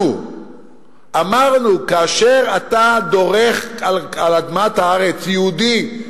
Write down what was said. שאמרנו: כאשר אתה דורך על אדמת הארץ, יהודי,